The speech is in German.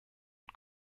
und